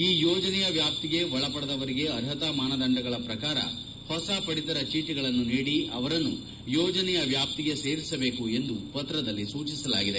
ಈ ಯೋಜನೆಯ ವ್ಯಾಷ್ಗಿಗೆ ಒಳಪಡದವರಿಗೆ ಅರ್ಹತಾ ಮಾನದಂಡಗಳ ಪ್ರಕಾರ ಹೊಸ ಪಡಿತರ ಚೀಟಗಳನ್ನು ನೀಡಿ ಅವರನ್ನು ಯೋಜನೆಯ ವ್ಯಾಪ್ತಿಗೆ ಸೇರಿಸಬೇಕು ಎಂದೂ ಪತ್ರದಲ್ಲಿ ಸೂಚಿಸಲಾಗಿದೆ